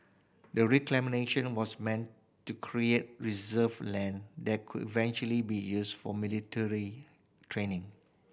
the reclamation was meant to create reserve land that could eventually be used for military training